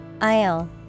Aisle